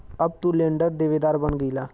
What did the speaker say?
अब तू लेंडर देवेदार बन गईला